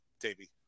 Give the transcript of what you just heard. Davey